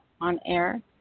on-air